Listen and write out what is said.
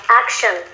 action